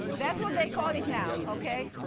that's what they call it now, okay?